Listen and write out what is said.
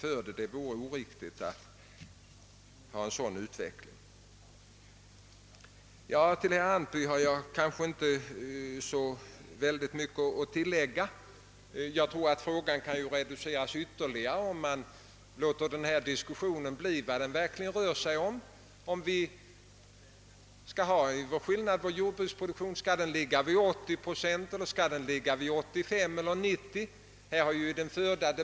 Till herr Antby har jag kanske inte så mycket mer att säga. Jag tror att frågan kan reduceras ytterligare, om man låter denna diskussion röra sig om vad den verkligen gäller — om vår jordbruksproduktion skall ligga vid 80, 85 eller 90 procents självförsörjningsgrad.